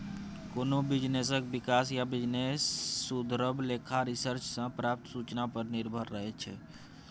कोनो बिजनेसक बिकास या बिजनेस सुधरब लेखा रिसर्च सँ प्राप्त सुचना पर निर्भर रहैत छै